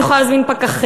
אני יכולה להזמין פקחים,